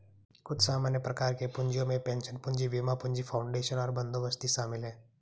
कुछ सामान्य प्रकार के पूँजियो में पेंशन पूंजी, बीमा पूंजी, फाउंडेशन और बंदोबस्ती शामिल हैं